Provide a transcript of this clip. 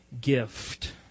gift